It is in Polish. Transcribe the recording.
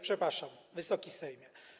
Przepraszam, Wysoki Sejmie.